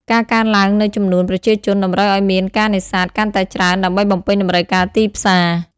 ការកើនឡើងនូវចំនួន ប្រជាជន តម្រូវឱ្យមានការនេសាទកាន់តែច្រើនដើម្បីបំពេញតម្រូវការទីផ្សារ។